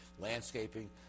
landscaping